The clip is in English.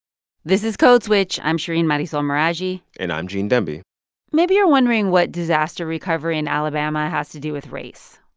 this is code switch. i'm shereen marisol meraji and i'm gene demby maybe you're wondering what disaster recovery in alabama has to do with race.